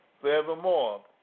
forevermore